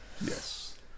Yes